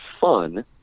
fun